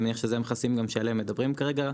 ואני מניח שאלו המכסים שכרגע מדברים כרגע.